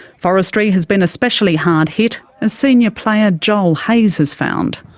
forestry has been especially hard hit, as senior player joel hayes has found.